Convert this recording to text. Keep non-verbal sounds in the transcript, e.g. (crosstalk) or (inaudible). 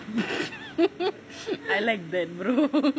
(laughs) I like that brother (laughs)